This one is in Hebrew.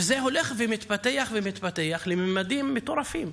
וזה הולך ומתפתח ומתפתח לממדים מטורפים.